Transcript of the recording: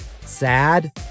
sad